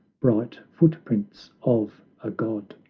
bright footprints of a god!